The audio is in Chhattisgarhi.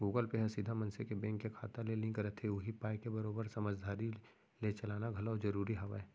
गुगल पे ह सीधा मनसे के बेंक के खाता ले लिंक रथे उही पाय के बरोबर समझदारी ले चलाना घलौ जरूरी हावय